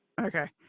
Okay